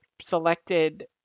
selected